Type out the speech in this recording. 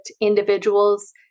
individuals